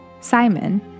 Simon